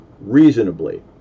reasonably